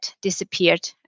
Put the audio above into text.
disappeared